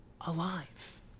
alive